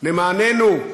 למעננו,